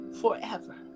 forever